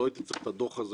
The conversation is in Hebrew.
כל הצוות של הוועדה.